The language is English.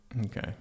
Okay